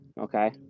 okay